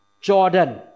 Jordan